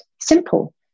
simple